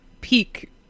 peak